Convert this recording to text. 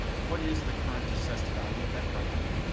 what is the current assessed value of that property?